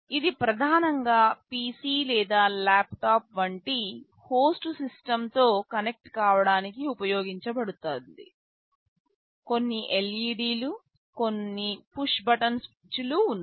ఇది ప్రధానంగా PC లేదా ల్యాప్టాప్ వంటి హోస్ట్ సిస్టమ్తో కనెక్ట్ కావడానికి ఉపయోగించబడుతుంది కొన్ని LED లు కొన్ని పుష్ బటన్ స్విచ్లు ఉన్నాయి